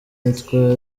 nitwa